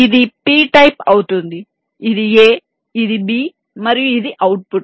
ఇది p type అవుతుంది ఇది a ఇది b మరియు ఇది అవుట్పుట్